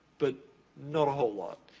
but not a whole lot.